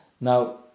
Now